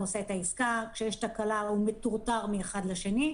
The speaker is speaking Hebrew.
עושה את העסקה וכאשר יש תקלה הוא מטורטר מאחד לשני,